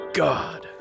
god